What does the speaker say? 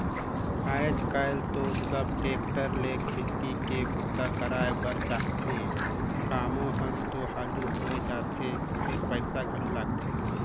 आयज कायल तो सब टेक्टर ले खेती के बूता करवाए बर चाहथे, कामो हर तो हालु होय जाथे फेर पइसा घलो लगथे